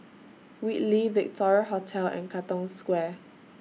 Whitley Victoria Hotel and Katong Square